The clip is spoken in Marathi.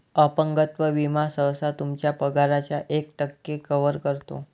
अपंगत्व विमा सहसा तुमच्या पगाराच्या एक टक्के कव्हर करतो